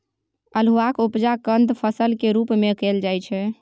अल्हुआक उपजा कंद फसल केर रूप मे कएल जाइ छै